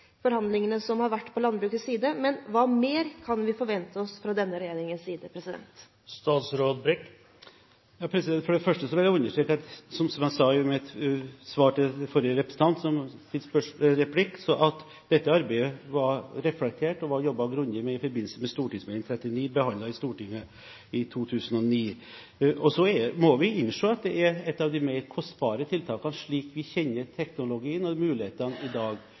forhandlingene landbruket har hatt, settes i verk en pilotordning. Men hva mer kan vi forvente oss fra denne regjeringens side? For det første vil jeg understreke, som jeg sa i mitt svar til forrige replikant, at det arbeidet var reflektert og jobbet grundig med i forbindelse med St.meld. nr. 39, behandlet i Stortinget i 2009. Og så må vi innse at det er et av de mer kostbare tiltakene, slik vi kjenner teknologien og mulighetene i dag.